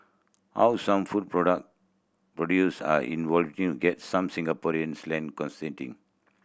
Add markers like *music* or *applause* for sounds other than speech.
how some food product produce are *unintelligible* gets some Singapore's land *unintelligible*